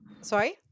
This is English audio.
sorry